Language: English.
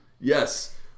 Yes